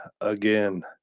again